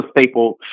staple